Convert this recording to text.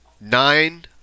nine